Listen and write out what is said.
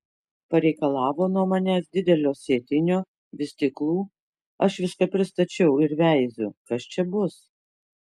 pareikalavo nuo manęs didelio sėtinio vystyklų aš viską pristačiau ir veiziu kas čia bus